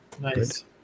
Nice